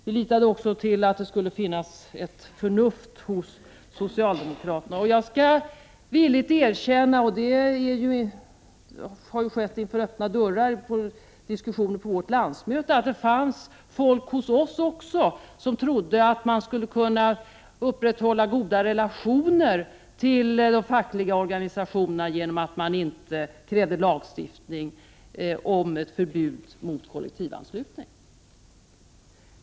Vi litade också på att det skulle finnas ett förnuft hos socialdemokraterna. Jag skall villigt erkänna — diskussionerna om det på vårt landsmöte har ju skett för öppna dörrar — att det också hos oss fanns folk som trodde att man skulle kunna upprätthålla goda relationer till de fackliga organisationerna genom att inte kräva lagstiftning om förbud mot kollektivanslutning.